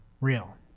real